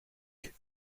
donc